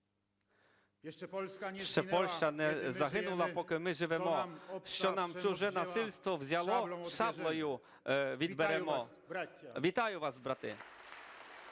"Ще Польща не загинула, Поки ми живемо. Що в нас чуже насильство взяло, Шаблею відберемо". Вітаю вас, брати!